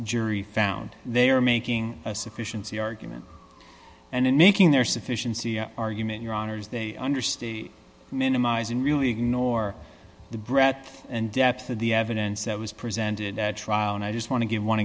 jury found they are making a sufficiency argument and in making their sufficiency argument your honour's they understate minimizing really ignore the breadth and depth of the evidence that was presented at trial and i just want to give one